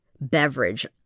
beverage